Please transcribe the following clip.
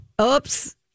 Oops